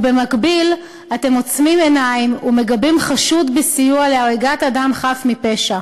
ובמקביל אתם עוצמים עיניים ומגבים חשוד בסיוע להריגת אדם חף מפשע.